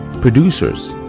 producers